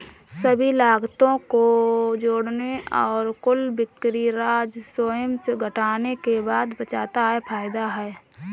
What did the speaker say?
सभी लागतों को जोड़ने और कुल बिक्री राजस्व से घटाने के बाद बचता है फायदा है